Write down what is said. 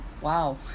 wow